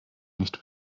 nicht